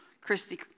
Christy